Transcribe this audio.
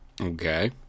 Okay